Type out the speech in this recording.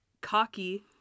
Cocky